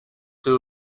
two